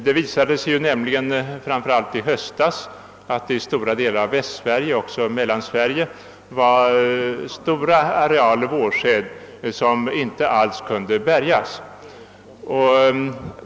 Det visade sig nämligen i höstas att det i stora delar av Västsverige och även i Mellansverige var stora arealer vårsäd som inte kunde bärgas.